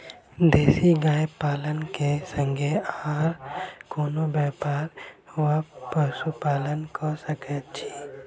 देसी गाय पालन केँ संगे आ कोनों व्यापार वा पशुपालन कऽ सकैत छी?